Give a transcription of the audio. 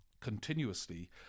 continuously